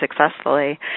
successfully